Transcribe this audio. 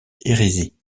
hérésie